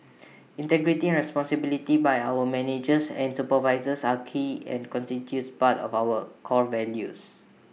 integrity and responsibility by our managers and supervisors are key and constitute part of our core values